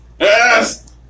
Yes